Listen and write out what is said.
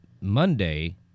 Monday